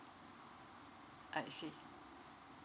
I see